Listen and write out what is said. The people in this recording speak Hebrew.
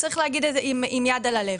צריך להגיד את זה עם יד על הלב.